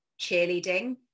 cheerleading